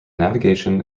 navigation